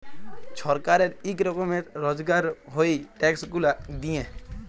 ছরকারের ইক রকমের রজগার হ্যয় ই ট্যাক্স গুলা দিঁয়ে